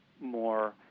more